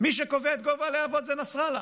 מי שקובע את גובה הלהבות זה נסראללה,